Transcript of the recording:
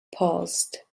paused